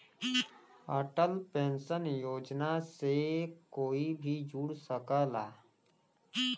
Atal pension योजना से कोई भी जुड़ सकला